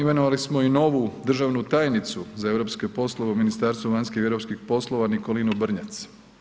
Imenovali smo i novu državnu tajnicu za europske poslove u Ministarstvu vanjskih i europskih poslova Nikolinu Brnjac.